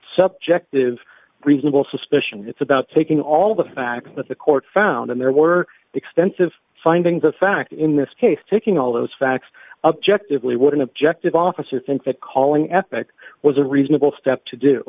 subjective reasonable suspicion it's about taking all the facts that the court found and there were extensive findings of fact in this case taking all those facts objective we would an objective officer think that calling epic was a reasonable step to do